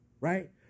right